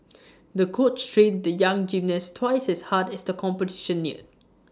the coach trained the young gymnast twice as hard as the competition neared